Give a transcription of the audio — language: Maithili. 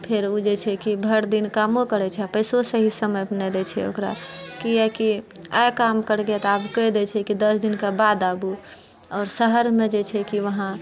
फेर उ जे छै कि भरि दिन कामो करै छै आओर पैसो सही समयपर नहि दै छै ओकरा कियाकि आइ काम कयलियै तऽ आब कहि दै छै दस दिनका बाद आबू आओर शहरमे जे छै कि वहां